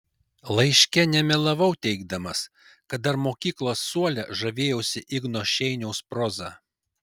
laiške nemelavau teigdamas kad dar mokyklos suole žavėjausi igno šeiniaus proza